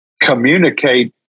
communicate